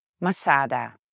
Masada